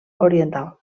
oriental